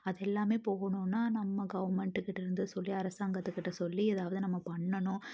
அது எல்லாம் போகணுன்னா நம்ம கவர்மெண்ட்டுக்கிட்டே இருந்து சொல்லி அரசாங்கத்துக்கிட்டே சொல்லி ஏதாவது நம்ம பண்ணணும்